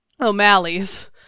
O'Malley's